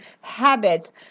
habits